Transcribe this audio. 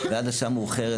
ועד שעה מאוחרת.